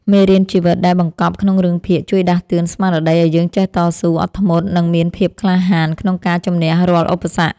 មេរៀនជីវិតដែលបង្កប់ក្នុងរឿងភាគជួយដាស់តឿនស្មារតីឱ្យយើងចេះតស៊ូអត់ធ្មត់និងមានភាពក្លាហានក្នុងការជម្នះរាល់ឧបសគ្គ។